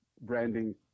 branding